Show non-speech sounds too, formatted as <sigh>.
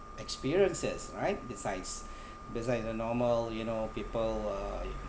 experiences right besides <breath> besides the normal you know people uh